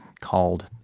called